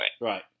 Right